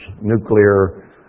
nuclear